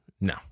no